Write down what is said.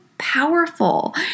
powerful